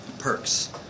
perks